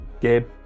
Gabe